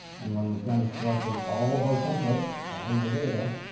and when we are done selecting all of our templates, adding our data